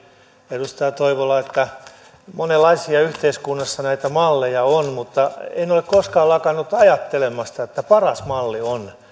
edustaja toivola että yhteiskunnassa näitä malleja on monenlaisia mutta en ole koskaan lakannut ajattelemasta että paras malli on